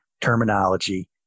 terminology